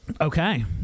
Okay